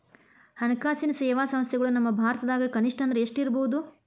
ಹಣ್ಕಾಸಿನ್ ಸೇವಾ ಸಂಸ್ಥೆಗಳು ನಮ್ಮ ಭಾರತದಾಗ ಕನಿಷ್ಠ ಅಂದ್ರ ಎಷ್ಟ್ ಇರ್ಬಹುದು?